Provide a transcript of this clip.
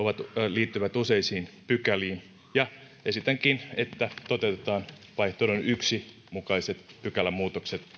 liittyvät useisiin pykäliin ja esitänkin että toteutetaan vaihtoehdon yksi mukaiset pykälämuutokset